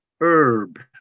herb